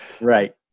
Right